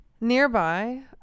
Nearby